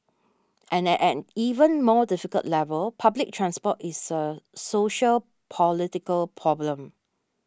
and at an even more difficult level public transport is a sociopolitical problem